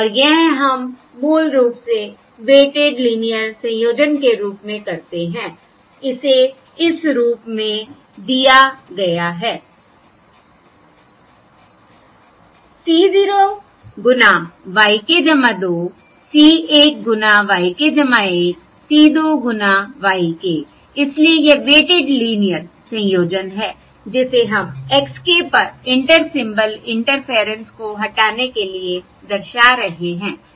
और यह हम मूल रूप से वेटिड लीनियर संयोजन के रूप में करते हैंइसे इस रूप में दिया गया है C 0 गुना y k 2 C 1 गुना y k 1 C 2 गुना y k इसलिए यह वेटिड लीनियर संयोजन है जिसे हम x k पर इंटर सिंबल इंटरफेयरेंस को हटाने के लिए दर्शा रहे हैं ठीक है